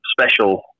special